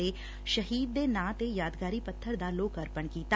ਅਤੇ ਸ਼ਹੀਦ ਦੇ ਨਾਂ ਦੇ ਯਾਦਗਾਰੀ ਪੱਬਰ ਦਾ ਲੋਕਅਰਪਣ ਕੀਤਾ